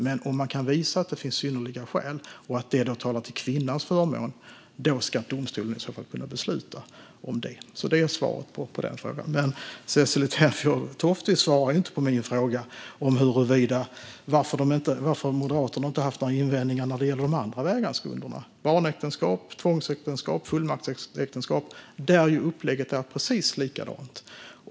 Men om man kan visa att det finns synnerliga skäl och att detta talar till kvinnans fördel ska domstolen kunna besluta om det. Det är svaret på den frågan. Cecilie Tenfjord Toftby svarade dock inte på min fråga om varför Moderaterna inte har haft några invändningar när det gäller de andra vägransgrunderna - barnäktenskap, tvångsäktenskap och fullmaktsäktenskap - där ju upplägget är precis likadant.